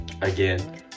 again